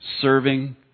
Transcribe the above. serving